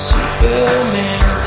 Superman